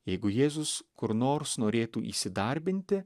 jeigu jėzus kur nors norėtų įsidarbinti